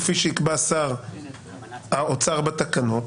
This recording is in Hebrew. כפי שייקבע שר האוצר בתקנות,